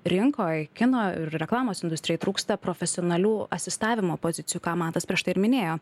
rinkoj kino ir reklamos industrijoj trūksta profesionalių asistavimo pozicijų ką matas prieš tai ir minėjo